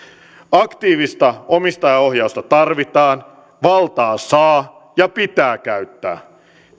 aktiivista omistajaohjausta tarvitaan valtaa saa ja pitää käyttää